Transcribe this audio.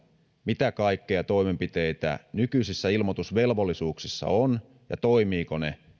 mitä kaikkia toimenpiteitä nykyisissä ilmoitusvelvollisuuksissa on ja toimivatko ne